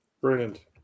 Brilliant